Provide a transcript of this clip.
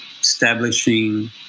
establishing